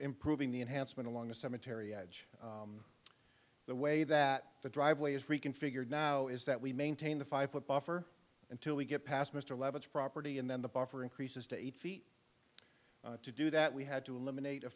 improving the enhancement along a cemetery edge the way that the driveway is reconfigured now is that we maintain the five foot buffer until we get past mr leavitt's property and then the buffer increases to eight feet to do that we had to eliminate a